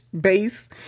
base